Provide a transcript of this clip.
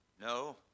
No